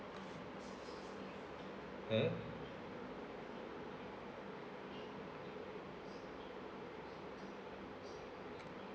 mm